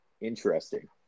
interesting